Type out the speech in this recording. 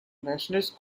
nationalist